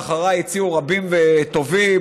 ואחריי הציעו רבים וטובים.